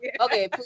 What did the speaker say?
Okay